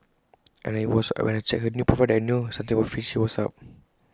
and IT was when I checked her new profile that I knew something fishy was up